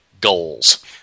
Goals